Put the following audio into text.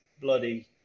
bloody